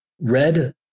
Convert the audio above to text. red